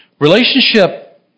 Relationship